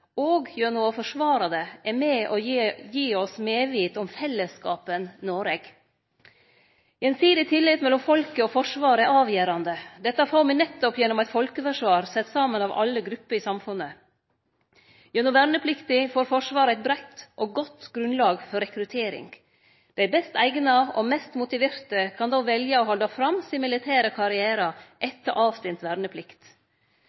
gjennom å forsvare det, er med på å gi oss medvit om fellesskapen Noreg. Gjensidig tillit mellom folket og Forsvaret er avgjerande. Dette får me nettopp gjennom eit folkeforsvar sett saman av alle gruppene i samfunnet. Gjennom verneplikta får Forsvaret eit breitt og godt grunnlag for rekruttering. Dei best eigna og mest motiverte kan då velje å halde fram sin militære